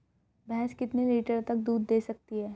भैंस कितने लीटर तक दूध दे सकती है?